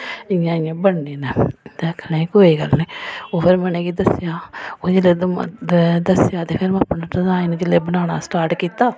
इ'यां इ'यां बनने न ते आखन लगी कोई गल्ल निं ओह् फिर में उ'नें गी दस्सेआ ओह् जिल्लै दस्सेआ ते फिर में अपना डिजाइन जिल्लै बनाना स्टार्ट कीता